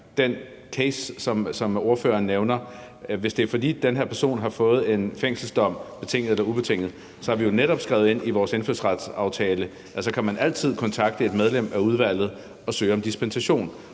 den case, som ordføreren nævner, at hvis den her person har fået en fængselsdom, betinget eller ubetinget, og det har vi netop skrevet ind i vores indfødsretsaftale, så kan man altid kontakte et medlem af udvalget og søge om dispensation.